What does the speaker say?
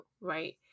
right